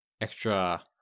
extra